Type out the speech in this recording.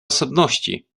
osobności